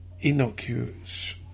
Innocuous